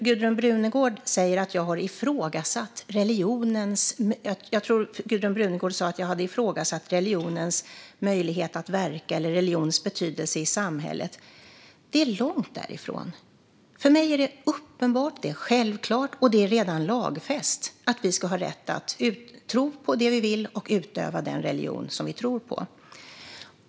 Gudrun Brunegård säger att jag har ifrågasatt religionens möjlighet att verka eller religions betydelse i samhället. Jag tror att hon sa så, fru talman. Det är långt därifrån. För mig är det uppenbart och självklart, och det är redan lagfäst, att vi ska ha rätt att tro på det vi vill och utöva den religion vi tror på.